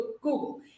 Google